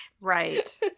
Right